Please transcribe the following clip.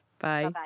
bye